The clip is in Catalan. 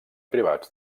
privats